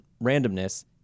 randomness